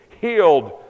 healed